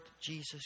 Jesus